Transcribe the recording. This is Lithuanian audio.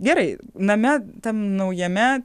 gerai name tam naujame